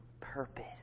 purpose